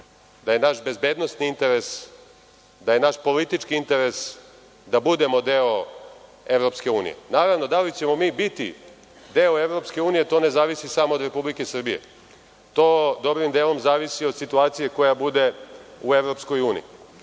da je naš bezbednosni interes, da je naš politički interes da budemo deo EU. Naravno, da li ćemo mi biti deo EU to ne zavisi samo od Republike Srbije, to dobrim delom zavisi od situacije koja bude u EU. Ako ste